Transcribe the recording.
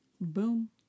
Boom